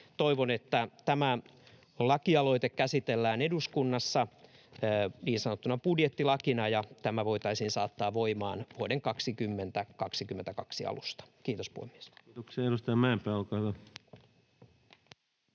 Toivon, että tämä lakialoite käsitellään eduskunnassa niin sanottuna budjettilakina ja tämä voitaisiin saattaa voimaan vuoden 2022 alusta. — Kiitos, puhemies.